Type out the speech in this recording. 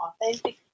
authentic